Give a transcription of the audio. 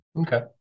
Okay